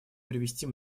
привести